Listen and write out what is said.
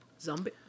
Zombie